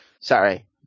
Sorry